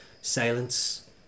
Silence